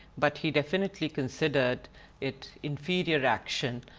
but he definitely considered it inferior action.